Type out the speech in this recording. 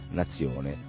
nazione